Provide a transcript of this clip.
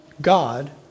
God